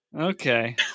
Okay